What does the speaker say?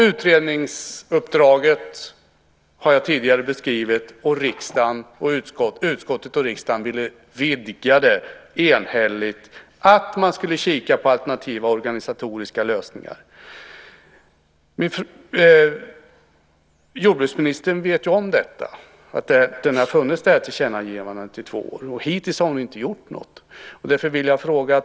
Utredningsuppdraget har jag tidigare beskrivit, och riksdagen och utskottet ville vidga det enhälligt till att man skulle titta på alternativa organisatoriska lösningar. Jordbruksministern vet om detta. Det här tillkännagivandet har funnits i två år. Hittills har hon inte gjort något.